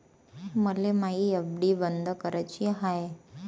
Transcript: मले मायी एफ.डी बंद कराची हाय